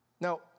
Now